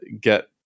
get